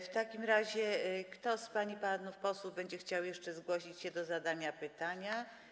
W takim razie czy ktoś z pań i panów posłów będzie chciał jeszcze zgłosić się do zadania pytania?